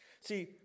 See